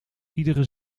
iedere